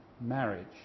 marriage